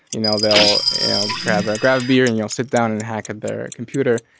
you know they'll and grab grab beer and you'll sit down and hack at their computer.